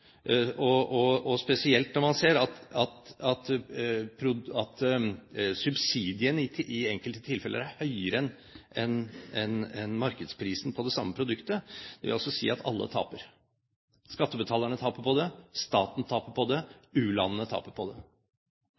å forstå, og spesielt når man ser at subsidiene i enkelte tilfeller er høyere enn markedsprisen på det samme produktet. Det vil altså si at alle taper: Skattebetalerne taper på det, staten taper på det, u-landene taper på det.